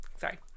Sorry